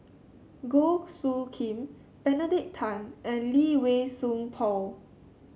Goh Soo Khim Benedict Tan and Lee Wei Song Paul